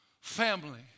family